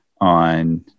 on